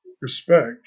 respect